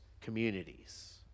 communities